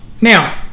Now